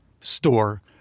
store